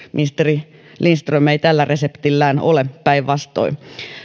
ministeri lindström ei tällä reseptillään varmasti ole päinvastoin